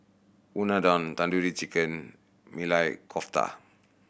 Unadon Tandoori Chicken Maili Kofta